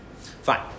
Fine